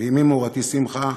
ואמי מורתי שמחה